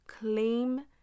Claim